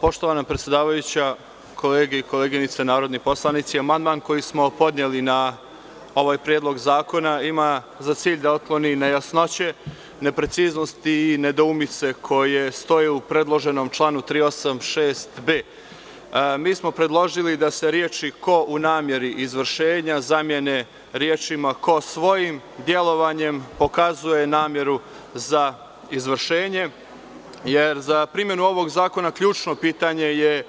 Poštovana predsedavajuća, kolege i koleginice narodni poslanici, amandman koji smo podneli na ovaj predlog zakona ima za cilj da otkloni nejasnoće, nepreciznosti i nedoumice koje stoje u predloženom članu 386b. Predložili smo da se reči „ko u nameri izvršenja“ zamene rečima „ko svojim delovanjem pokazuje nameru za izvršenje“, jer za primenu ovog zakona ključno pitanje je